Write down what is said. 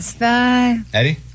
Eddie